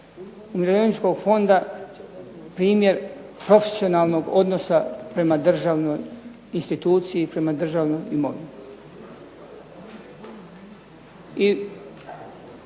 umirovljeničkog fonda, primjer profesionalnog odnosa prema državnoj instituciji, prema državnoj imovini.